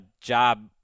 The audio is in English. job